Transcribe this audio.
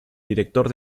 director